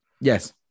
Yes